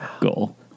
goal